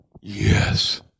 yes